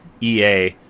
EA